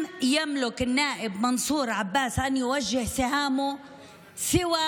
חבר הכנסת מנסור עבאס כיוון את החיצים שלו רק